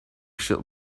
should